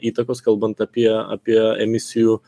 įtakos kalbant apie apie emisijų